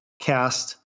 cast